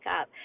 up